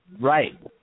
Right